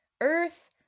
earth